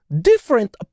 different